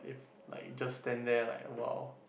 if like just stand there like a while